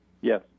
Yes